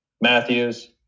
Matthews